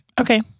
Okay